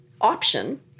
option